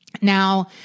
now